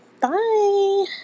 Bye